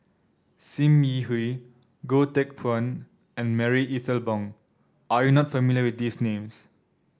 Sim Yi Hui Goh Teck Phuan and Marie Ethel Bong are you not familiar with these names